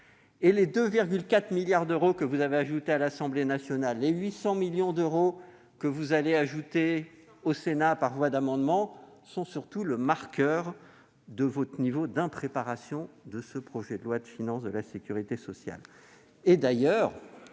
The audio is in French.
les 2,4 milliards d'euros que vous avez ajoutés à l'Assemblée nationale et les 800 millions d'euros que vous allez ajouter au Sénat, par voie d'amendement, sont surtout le marqueur de votre niveau d'impréparation de ce projet de loi de financement de la sécurité sociale.